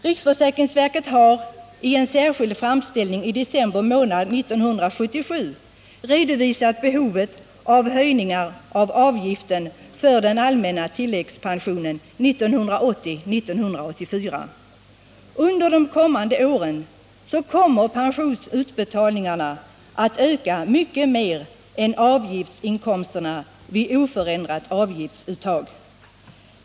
Riksförsäkringsverket har i en särskild framställning i december månad 1977 redovisat behovet av höjningar av avgiften för den allmänna tilläggspensionen under 1980-1984. Under de kommande åren ökar pensionsutbetalningarna mycket mer än avgiftsinkomsterna vid oförändrat avgiftsuttag.